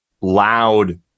loud